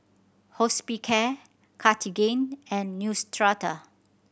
Hospicare Cartigain and Neostrata